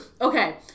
Okay